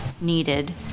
needed